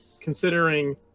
considering